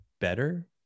better